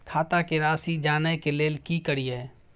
खाता के राशि जानय के लेल की करिए?